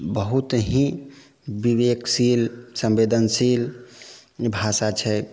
बहुत ही विवेकशील संवेदनशील भाषा छै